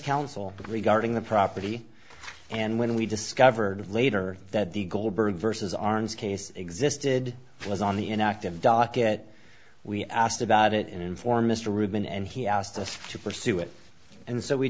counsel regarding the property and when we discovered later that the goldberg vs arns case existed it was on the inactive docket we asked about it in for mr rubin and he asked us to pursue it and so we